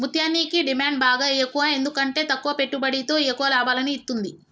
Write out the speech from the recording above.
ముత్యనికి డిమాండ్ బాగ ఎక్కువ ఎందుకంటే తక్కువ పెట్టుబడితో ఎక్కువ లాభాలను ఇత్తుంది